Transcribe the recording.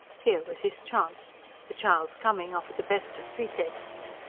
here was his chance the child's coming offered the best of pretexts.